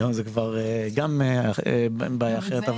היום זאת גם בעיה אחרת.